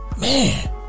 Man